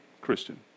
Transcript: Christian